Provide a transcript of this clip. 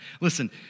Listen